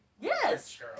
Yes